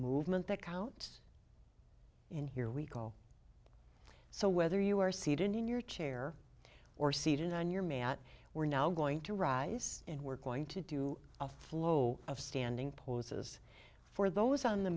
movement that counts and here we go so whether you are seated in your chair or seated on your mat we're now going to rise and we're going to do a flow of standing poses for those on the